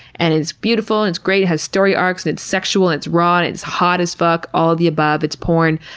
and it's beautiful and it's great. it has story arcs. and it's sexual, it's raw and it's hot as fuck. all the above. it's porn,